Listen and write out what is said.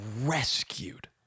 rescued